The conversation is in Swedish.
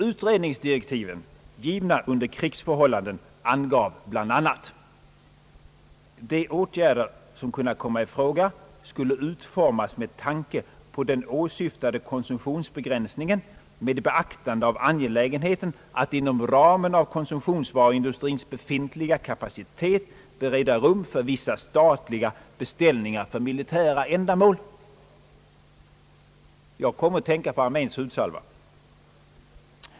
Utredningsdirektiven givna under krigsförhållanden angav bl.a. att de åtgärder som kunde komma i fråga borde »utformas med tanke på den åsyftade konsumtionsbegränsningen med beaktande av angelägenheien att inom ramen av konsumtionsvaruindustrins = befintliga kapacitet bereda rum för vissa statliga beställningar för militära ändamål». Jag kommer att tänka på arméns hudsalva.